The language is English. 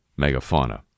megafauna